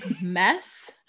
mess